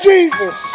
Jesus